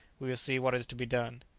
we will see what is to be done.